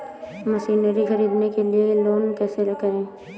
Machinery ख़रीदने के लिए लोन कैसे करें?